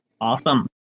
Awesome